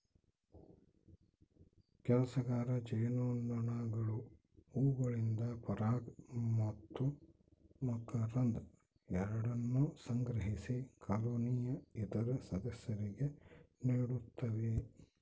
ಕೆಲಸಗಾರ ಜೇನುನೊಣಗಳು ಹೂವುಗಳಿಂದ ಪರಾಗ ಮತ್ತು ಮಕರಂದ ಎರಡನ್ನೂ ಸಂಗ್ರಹಿಸಿ ಕಾಲೋನಿಯ ಇತರ ಸದಸ್ಯರಿಗೆ ನೀಡುತ್ತವೆ